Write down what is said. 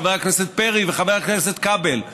חבר הכנסת פרי וחבר הכנסת כבל,